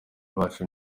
bacu